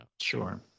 sure